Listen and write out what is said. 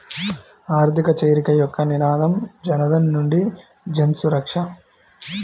ఆర్థిక చేరిక యొక్క నినాదం జనధన్ నుండి జన్సురక్ష